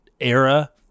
era